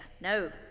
No